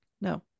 no